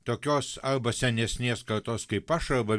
tokios arba senesnės kartos kaip aš arba